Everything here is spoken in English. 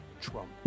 Trump